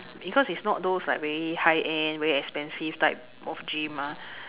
because it's not those like very high end very expensive type of gym mah